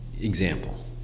Example